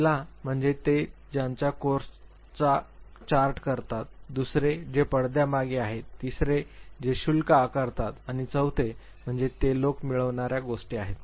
पहिला म्हणजे जे त्यांच्या कोर्सचा चार्ट करतात दुसरे जे पडद्यामागे आहेत तिसरे जे शुल्क आकारतात आणि चौथे म्हणजे ते लोक मिळणार्या गोष्टी आहेत